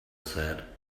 said